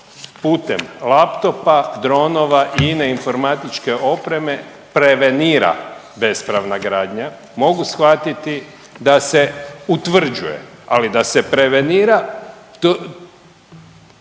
putem laptopa, dronova i ine informatičke opreme prevenira bespravna gradnja, mogu shvatiti da se utvrđuje, ali da se prevenira